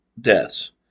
deaths